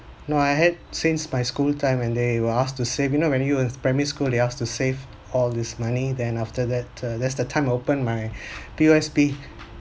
no I had since my school time when they will ask to save you know when you were in primary school they asked to save all these money then after that uh that's the time I opened my P_O_S_B